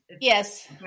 Yes